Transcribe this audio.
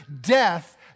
death